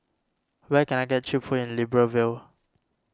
where can I get Cheap Food in Libreville